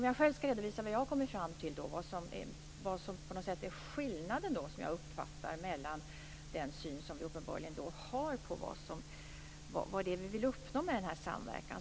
Jag kan redovisa vad jag själv kommit fram till är skillnaden i vår syn på vad vi vill uppnå med denna samverkan.